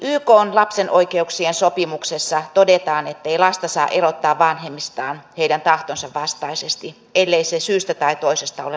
ykn lapsen oikeuksien sopimuksessa todetaan ettei lasta saa erottaa vanhemmistaan heidän tahtonsa vastaisesti ellei se syystä tai toisesta ole lapsen etu